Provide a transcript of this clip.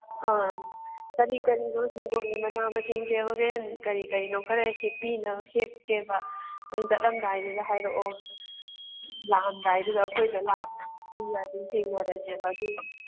ꯑꯥ ꯀꯔꯤ ꯀꯔꯤꯅꯣ ꯍꯤꯡꯒꯣꯟꯒꯤ ꯃꯅꯥ ꯃꯁꯤꯡꯁꯦ ꯍꯣꯔꯦꯟ ꯀꯔꯤ ꯀꯔꯤꯅꯣ ꯈꯔ ꯍꯦꯛꯄꯤꯅ ꯍꯦꯛꯀꯦꯕ ꯅꯪ ꯆꯠꯂꯝꯗꯥꯏꯗꯨꯗ ꯍꯥꯏꯔꯛꯑꯣ ꯂꯥꯛꯑꯝꯗꯥꯏꯗꯨꯗ ꯑꯩꯈꯣꯏꯗ ꯂꯥꯛꯄꯒꯤꯗꯨꯗ ꯑꯗꯨꯝ ꯊꯦꯡꯅꯔꯁꯦꯕ ꯑꯗꯨꯒ